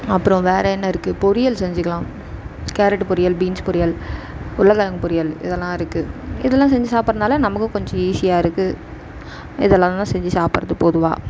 அப்புறம் வேறு என்ன இருக்குது பொரியல் செஞ்சுக்கலாம் கேரட்டு பொரியல் பீன்ஸு பொரியல் உருளைக்கெழங்கு பொரியல் இதெல்லாம் இருக்குது இதெல்லாம் செஞ்சு சாப்பிட்றதுனால நமக்கும் கொஞ்சம் ஈஸியாக இருக்குது இதெல்லாம் தான் செஞ்சு சாப்பிட்றது பொதுவாக